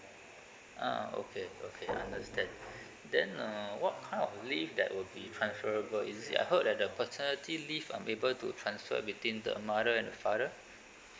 ah okay okay understand then uh what kind of leave that will be transferable is it I heard that the paternity leave are able to transfer between the mother and the father